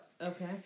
Okay